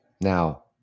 Now